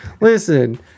Listen